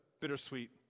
bittersweet